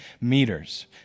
meters